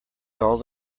all